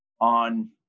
on